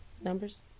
numbers